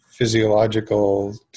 physiological